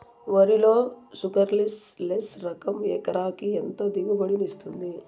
వరి లో sugarless less రకం ఎకరాకి ఎంత దిగుబడినిస్తుంది